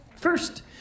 First